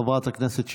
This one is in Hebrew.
חברת הכנסת שטרית,